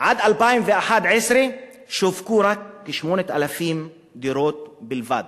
עד 2011 שווקו כ-8,000 דירות בלבד.